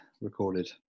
recorded